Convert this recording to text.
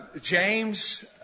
James